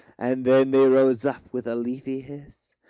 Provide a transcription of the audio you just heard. and then they rose up with a leafy hiss,